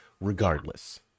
regardless